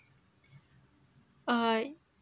I